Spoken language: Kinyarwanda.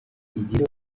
igihe